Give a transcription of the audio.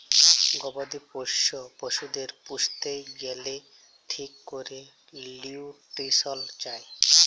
গবাদি পশ্য পশুদের পুইসতে গ্যালে ঠিক ক্যরে লিউট্রিশল চায়